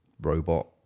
robot